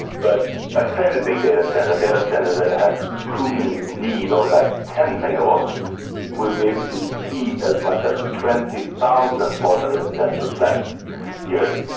but a fairly big data centre, a data centre that has a cooling need of like ten megawatts would be able to heat as much as twenty thousand modern residential flats yearly.